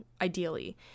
ideally